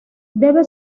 debe